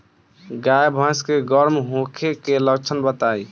गाय भैंस के गर्म होखे के लक्षण बताई?